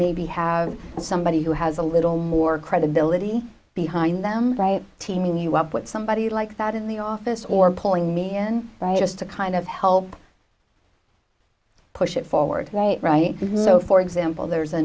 maybe have somebody who has a little more credibility behind them right team you up with somebody like that in the office or pulling me in just to kind of help push it forward right right so for example there's a